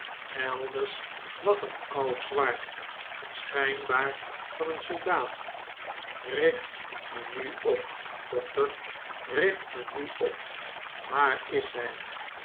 elders lag een oud zwaard schijnbaar van een soldaat richt me nu op dokter richtmenuop waar is hij